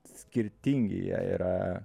skirtingi jie yra